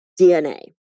DNA